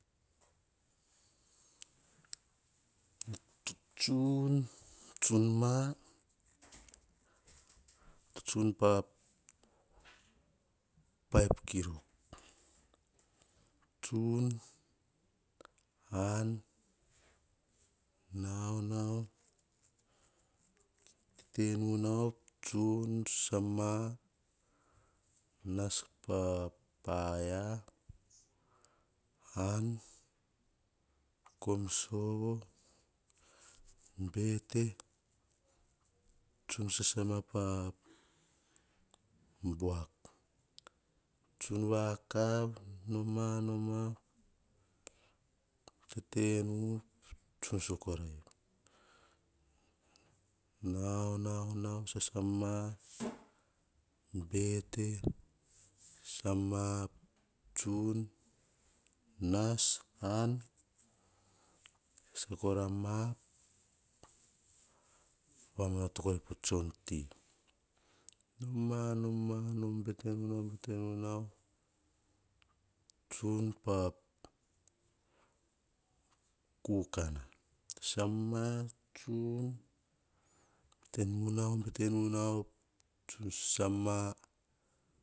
Tsun, tsun ma tsun pa five kilok, tsun an nau nau, tete nu nau, tsun sasama, nas pa paia, an, kom sovo bete, tsun sasama pa buak. Tsun vakav, noma, noma, tete nu tsua so korai, nau, nau, nau sasama, bete tsun nas an sasa kora ma, vama noto kora pa tson ti. Noma, noma bete nunau bete nu nau, tsun pa kukana, sasama, tsun bete na nau bete nu nau.